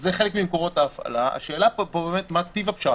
אתה מגן על לקוחות, אבל איך אתה מגן על ספקים